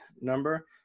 number